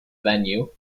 venue